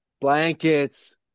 blankets